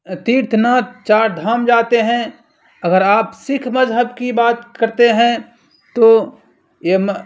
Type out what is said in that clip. تیرتھ ناتھ چار دھام جاتے ہیں اگر آپ سکھ مذہب کی بات کرتے ہیں تو یہ